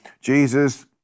Jesus